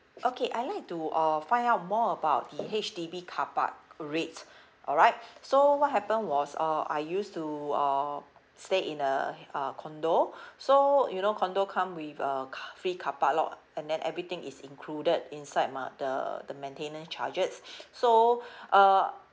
okay I'd like to uh find out more about the H_D_B carpark rates alright so what happened was uh I used to uh stay in a uh condominium so you know condominium come with uh c~ free carpark lot and then everything is included inside my the the maintenance charges so uh